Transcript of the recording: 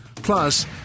Plus